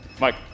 Mike